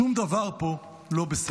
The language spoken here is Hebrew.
שום דבר פה לא בסדר.